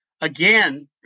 Again